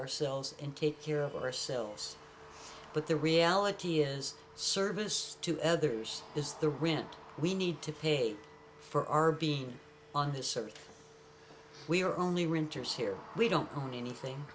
ourselves and take care of ourselves but the reality is service to others is the rent we need to pay for our being on this earth we're only renters here we don't own anything